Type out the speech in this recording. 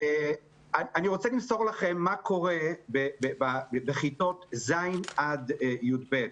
אני רוצה למסור לכם מה קורה בכיתות ז' עד י"ב.